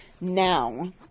Now